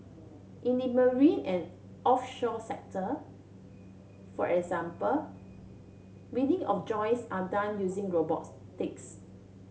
in the marine and offshore sector for example welding of joints can done using robotics